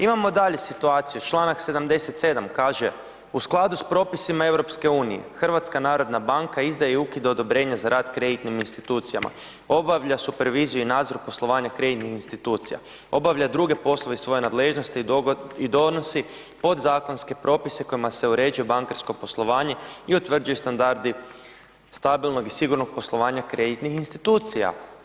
Imamo dalje situaciju, čl. 77. kaže u skladu sa propisima EU-a, HNB izdaje i ukida odobrenje za rad kreditnim institucijama, obavlja superviziju i nadzor poslovanja kreditnih institucija, obavlja druge poslove iz svoje nadležnosti i donosi podzakonske propise kojima se uređuje bankarsko poslovanje i utvrđuju standardi stabilnog i sigurnog poslovanja kreditnih institucija.